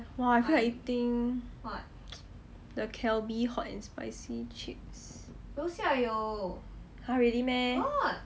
!wah! now I feel like eating the calbee hot and spicy chips !huh! really meh